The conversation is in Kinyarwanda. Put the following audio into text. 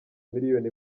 miliyoni